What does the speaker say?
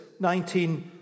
19